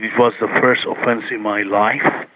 it was the first offence in my life,